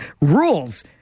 rules